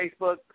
Facebook